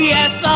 Yes